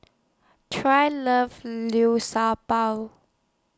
Trae loves Liu Sha Bao